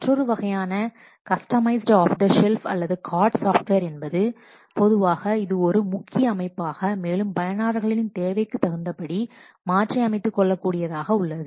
மற்றொரு வகையான customised off the shelf அல்லது COTS சாஃப்ட்வேர் என்பது பொதுவாக இது ஒரு முக்கிய அமைப்பாக மேலும் பயனாளர்களின் தேவைக்குத் தகுந்தபடி மாற்றி அமைத்துக் கொள்ள கூடியதாக உள்ளது